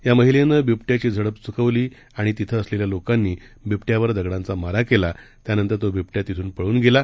यामहिलेनंबिबट्याचीझडपचुकवली आणितिथंअसलेल्यालोकांनीबिबट्यावरदगडांचामाराकेल्यानंतरतोबिबट्यातिथूनपळूनगेला